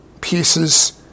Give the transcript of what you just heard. pieces